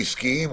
עסקיים,